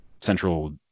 central